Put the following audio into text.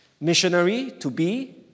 missionary-to-be